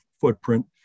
footprint